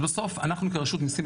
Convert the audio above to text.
בסוף אנחנו כרשות מיסים,